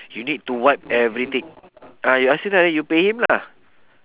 you need to wipe everything ah you ask him lah then you pay him lah